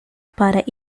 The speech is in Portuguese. para